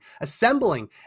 assembling